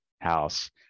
house